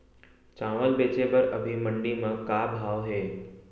चांवल बेचे बर अभी मंडी म का भाव हे?